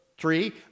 Three